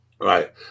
Right